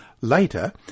Later